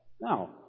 Now